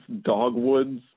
dogwoods